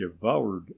devoured